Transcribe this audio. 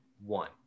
one